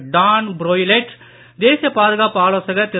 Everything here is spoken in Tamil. டான் புரோயிலெட் தேசிய பாதுகாப்பு ஆலோசகர் திரு